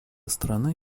страна